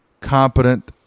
competent